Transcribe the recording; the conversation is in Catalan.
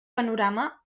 panorama